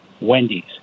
Wendy's